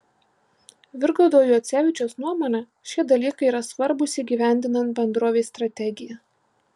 virgaudo juocevičiaus nuomone šie dalykai yra svarbūs įgyvendinant bendrovės strategiją